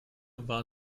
war